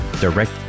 direct